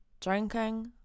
Drinking